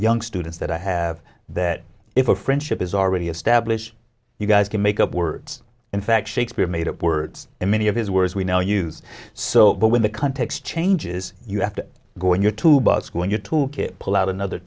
young students that i have that if a friendship is already established you guys can make up words in fact shakespeare made up words and many of his words we now use so but when the context changes you have to go in your to busk when you took it pull out another